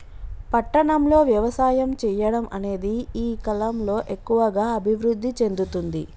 పట్టణం లో వ్యవసాయం చెయ్యడం అనేది ఈ కలం లో ఎక్కువుగా అభివృద్ధి చెందుతుంది